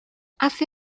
hace